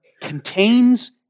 contains